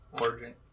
origin